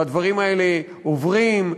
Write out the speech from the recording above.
והדברים האלה עוברים,